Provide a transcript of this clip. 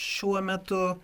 šiuo metu